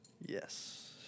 Yes